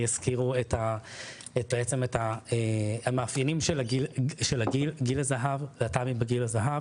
הזכירו בעצם את המאפיינים של גיל הזהב ושל להט"בים בגיל הזהב